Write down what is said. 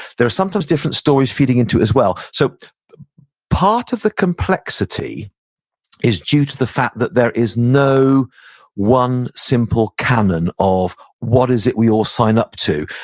there are sometimes different stories feeding into it as well. so part of the complexity is due to the fact that there is no one simple canon of what is it we all sign up to.